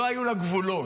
לא היו לה גבולות,